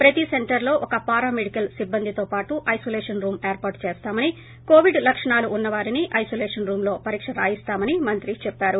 ప్రతి సెంటర్లో ఒక పారా మెడికల్ సిబ్బందితో పాటు ఐనోలేషన్ రూమ్ ఏర్పాటు చేస్తామని కోవిడ్ లక్షణాలు ఉన్నవారిని ఐనోలేషన్ రూమ్లో పరీక్ష రాయిస్తామని మంత్రి చెప్పారు